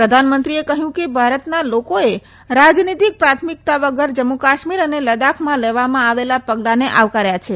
પ્રધાનમંત્રીએ જણાવ્યું કે ભારતના લોકોએ રાજનીતીક પ્રાથમિકતા વગર જમ્મુ કાશ્મીર અને લદ્દાખમાં લેવામાં આવેલા પગલાંને આવકાર્યા છે